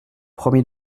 promis